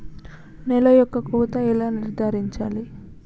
నేల యొక్క కోత ఎలా నిర్ధారించాలి?